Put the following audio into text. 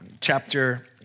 chapter